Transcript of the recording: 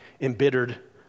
embittered